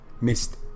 Missed